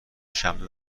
شنبه